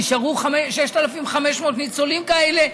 נשארו 6,500 ניצולים כאלה,